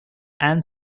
and